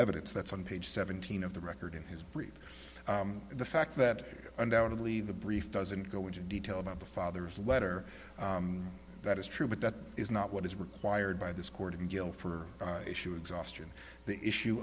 evidence that's on page seventeen of the record in his brief the fact that undoubtedly the brief doesn't go into detail about the father's letter that is true but that is not what is required by this court of guilt for issue exhaustion the issue